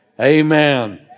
Amen